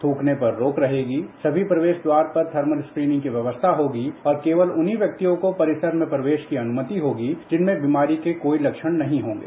थूकने पर रोक रहेगी समी प्रवेश द्वार पर थर्मल स्क्रीनिंग की व्यक्स्था होगी और केवल उन्हीं लोगों को परिसर में अनुगति होगी जिनमें बिमारी के कोई लक्षण नहीं होंगे